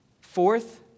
Fourth